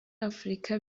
afurika